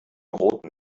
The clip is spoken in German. roten